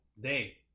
day